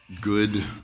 good